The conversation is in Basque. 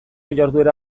jarduera